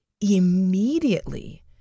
immediately